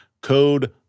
code